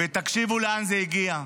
ותקשיבו לאן זה הגיע: